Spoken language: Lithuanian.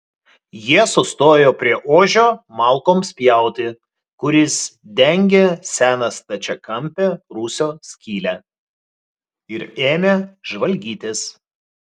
jie sustojo prie ožio malkoms pjauti kuris dengė seną stačiakampę rūsio skylę ir ėmė žvalgytis